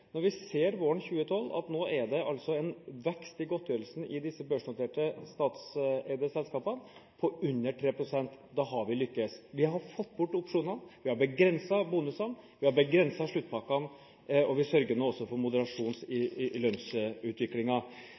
Vi ser for 2012 at det er en vekst i godtgjørelsen i disse børsnoterte statseide selskapene på under 3 pst. Da har vi lyktes. Vi har fått bort opsjonene, vi har begrenset bonusene, vi har begrenset sluttpakkene og vi sørger nå også for